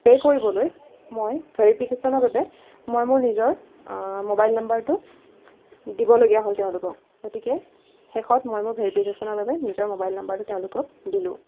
pay কৰিবলৈ মই ভেৰিফিকেশ্যনৰ বাবে মই মোৰ নিজৰ ম'বাইল নম্বৰটো দিবলগীয়া হ'ল তেওঁলোকক গতিকে শেষত মই মোৰ ভেৰিফিকেশ্যনৰ বাবে নিজৰ ম'বাইল নম্বৰটো তেওঁলোকক দিলোঁ